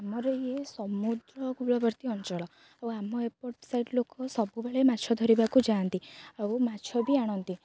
ଆମର ଇଏ ସମୁଦ୍ର କୂଳବର୍ତ୍ତୀ ଅଞ୍ଚଳ ଆଉ ଆମ ଏପଟ ସାଇଡ଼୍ ଲୋକ ସବୁବେଳେ ମାଛ ଧରିବାକୁ ଯାଆନ୍ତି ଆଉ ମାଛ ବି ଆଣନ୍ତି